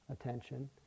attention